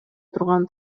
турган